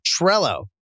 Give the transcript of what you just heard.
Trello